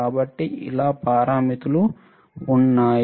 కాబట్టి చాలా పారామితులు ఉన్నాయి